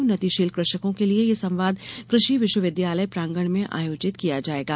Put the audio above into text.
उन्नतिशील कृषकों के लिए यह संवाद कृषि विश्व विद्यालय प्रांगण में आयोजित किया जायेगा